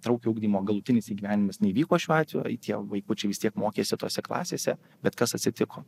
įtraukiojo ugdymo galutinis įgyvenimas neįvyko šiuo atveju tie vaikučiai vis tiek mokėsi tose klasėse bet kas atsitiko